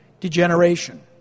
degeneration